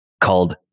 called